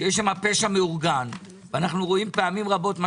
שיש שם פשע מאורגן ואנו רואים פעמים רבות מה